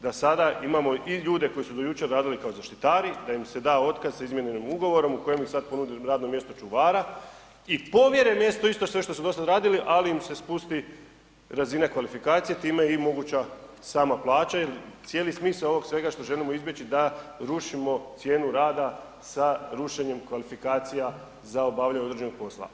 Da sada imamo i ljude koji su do jučer radili kao zaštitari, da im se da otkaz izmijenjenim ugovorom u kojemu sad ponude radno mjesto čuvara i povjere mjesto isto sve što su dosad radili, ali im se spusti razina kvalifikacije, time i moguća sama plaća jer cijeli smisao ovog svega što želimo izbjeći da rušimo cijenu rada sa rušenjem kvalifikacija za obavljanje određenih poslova.